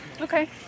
Okay